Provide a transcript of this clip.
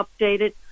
updated